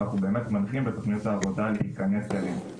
ואנחנו באמת מנחים בתוכניות העבודה להיכנס אליהם.